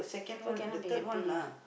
people cannot be happy